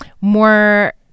more